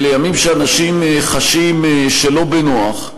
אלה ימים שהם אנשים חשים שלא בנוח.